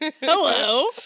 Hello